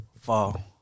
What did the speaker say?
Fall